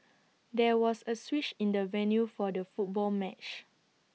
there was A switch in the venue for the football match